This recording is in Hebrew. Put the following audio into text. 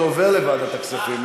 זה עובר לוועדת הכספים.